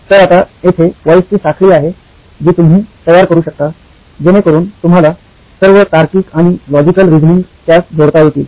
तर आता येथे वाई ची साखळी आहे जी तुम्ही तयार करू शकता जेणेकरून तुम्हाला सर्व तार्किक आणि लॉजिकल रीझनिंग त्यास जोडता येतील